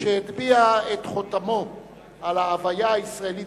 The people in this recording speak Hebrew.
שהטביע את חותמו על ההוויה הישראלית